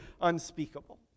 unspeakable